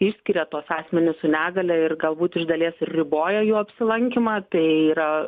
išskiria tuos asmenis su negalia ir galbūt iš dalies riboja jų apsilankymą tai yra